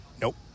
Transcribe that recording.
Nope